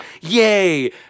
Yay